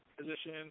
position